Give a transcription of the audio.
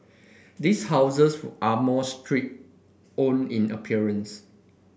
these houses are more stripped own in appearance